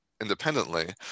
independently